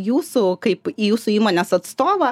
jūsų kaip jūsų įmonės atstovą